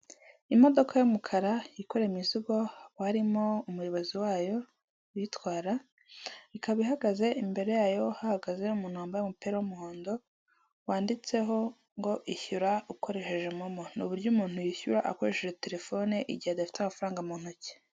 Imodoka y'umukara itwara imizigo hakaba harimo umuyobozi wayo uyitwara, ikaba ihagaze imbere yayo hahagaze umuntu wambaye umupira w'umuhondo wanditseho ngo ishyura ukoresheje momo, ni uburyo umuntu yishyura akoresheje telefone igihe adafite amafaranga mu ntoki.